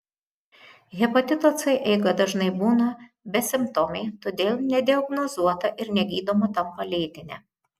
hepatito c eiga dažnai būna besimptomė todėl nediagnozuota ir negydoma tampa lėtine